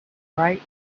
bright